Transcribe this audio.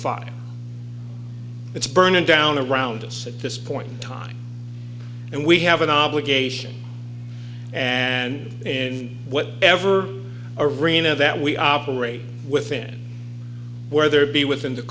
fire it's burning down around us at this point in time and we have an obligation and in whatever arena that we operate within where there be within the